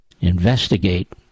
investigate